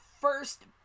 first